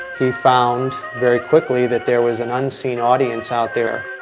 he found, very quickly, that there was an unseen audience out there